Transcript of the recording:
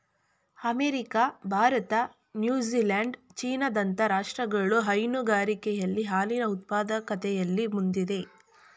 America, Bharat, New Zealand, China ದಂತ ರಾಷ್ಟ್ರಗಳು ಹೈನುಗಾರಿಕೆಯಲ್ಲಿ ಹಾಲಿನ ಉತ್ಪಾದಕತೆಯಲ್ಲಿ ಮುಂದಿದೆ